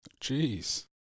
Jeez